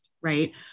right